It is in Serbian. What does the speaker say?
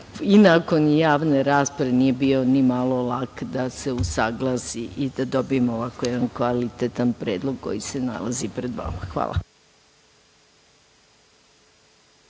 i nakon javne rasprave nije bilo nimalo lak da se usaglasi i da dobijemo jedan ovako kvalitetan predlog koji se nalazi pred vama. Hvala.